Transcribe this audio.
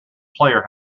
player